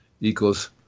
equals